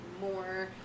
More